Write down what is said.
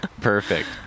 Perfect